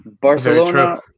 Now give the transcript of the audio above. Barcelona